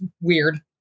weird